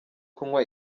kunywa